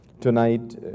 Tonight